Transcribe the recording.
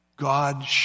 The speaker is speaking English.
God